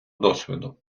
досвіду